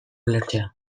ulertzea